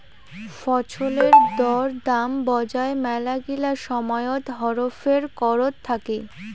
ফছলের দর দাম বজার মেলাগিলা সময়ত হেরফের করত থাকি